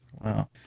Wow